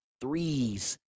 threes